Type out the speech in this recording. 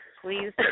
Please